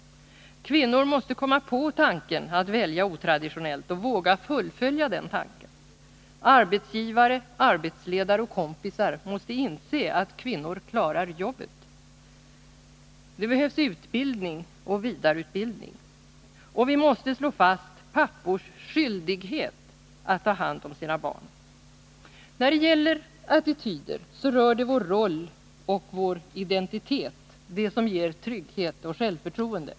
Kvinnor måste komma på tanken att välja otraditionellt och våga fullfölja den tanken. Arbetsgivare, arbetsledare och kompisar måste inse att kvinnor klarar jobbet. 3. Vi måste slå fast pappors skyldighet att ta hand om sina barn. När det för det första gäller attityder rör det vår roll och identitet, det som ger trygghet och självförtroende.